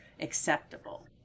acceptable